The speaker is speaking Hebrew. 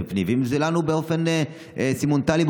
או באופן סימולטני,